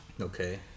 Okay